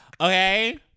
Okay